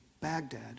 Baghdad